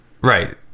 Right